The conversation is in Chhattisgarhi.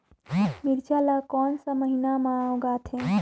मिरचा ला कोन सा महीन मां उगथे?